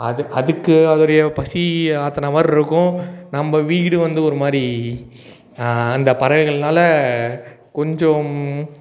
அது அதுக்கு அதோடைய பசி ஆற்றின மாதிரி இருக்கும் நம்ம வீடு வந்து ஒரு மாதிரி அந்த பறவைகள்னால் கொஞ்சம்